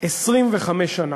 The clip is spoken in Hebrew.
25 שנה.